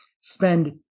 spend